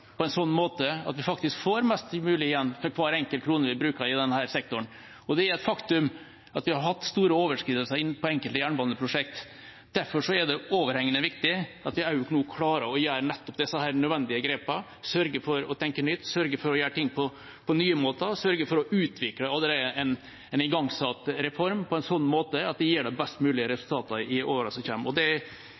på en sånn måte at vi faktisk får mest mulig igjen for hver enkelt krone vi bruker i denne sektoren. Det er et faktum at vi har hatt store overskridelser på enkelte jernbaneprosjekt. Derfor er det overhengende viktig at vi nå klarer å gjøre disse nødvendige grepene – sørger for å tenke nytt, sørger for å gjøre ting på nye måter og sørger for å utvikle en allerede igangsatt reform på en sånn måte at det gir de best mulige resultatene i årene som